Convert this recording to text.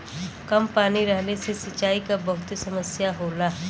कम पानी रहले से सिंचाई क बहुते समस्या होला